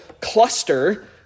cluster